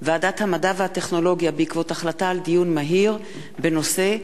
ועדת המדע והטכנולוגיה בעקבות דיון מהיר בנושא: